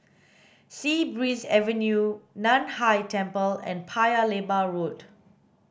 Sea Breeze Avenue Nan Hai Temple and Paya Lebar Road